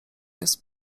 jest